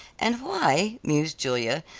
and why, mused julia,